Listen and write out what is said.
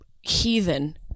heathen